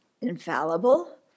infallible